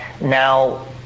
now